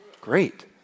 Great